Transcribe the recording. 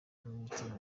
n’umutima